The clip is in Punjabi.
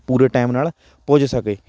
ਪੂਰੇ ਟੈਮ ਨਾਲ ਪੁੱਜ ਸਕੇ